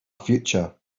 future